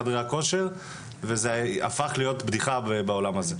אני מכיר את המערכות האלה מחדרי הכושר וזה הפך להיות בדיחה בעולם הזה.